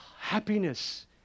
happiness